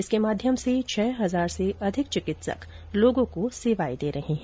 इसके माध्यम से छह हजार से अधिक चिकित्सक लोगों को सेवाएं दे रहे हैं